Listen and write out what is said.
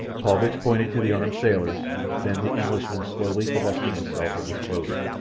paulvitch pointed to the armed sailors. then the englishman slowly divested himself of his clothing.